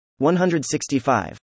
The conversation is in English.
165